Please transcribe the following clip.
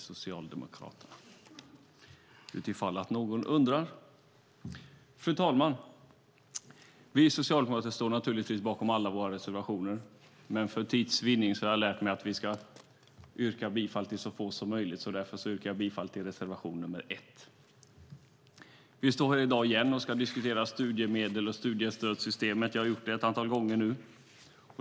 Fru talman! Vi socialdemokrater står naturligtvis bakom alla våra reservationer, men för tids vinnande har jag lärt mig att vi ska yrka bifall till så få som möjligt. Därför yrkar jag bifall till reservation nr 1. Nu står jag här igen och ska diskutera studiemedel och studiestödssystemet. Jag har gjort det ett antal gånger nu.